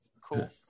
Cool